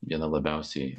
viena labiausiai